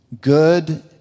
good